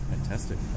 Fantastic